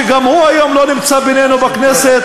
שגם הוא היום לא נמצא בינינו בכנסת.